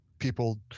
people